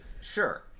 Sure